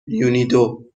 یونیدو